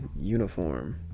uniform